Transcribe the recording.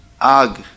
Ag